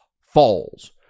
Falls